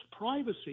privacy